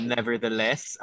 Nevertheless